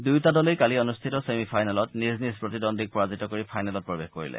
দুয়োটা দলেই কালি অনুষ্ঠিত ছেমি ফাইনেলত নিজ নিজ প্ৰতিদ্বন্দীক পৰাজিত কৰি ফাইনেলত প্ৰৱেশ কৰিছে